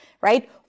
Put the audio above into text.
right